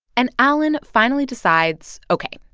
and allen finally decides, ok,